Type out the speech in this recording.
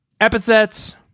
Epithets